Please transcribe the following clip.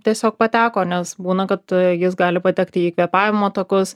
tiesiog pateko nes būna kad jis gali patekti į kvėpavimo takus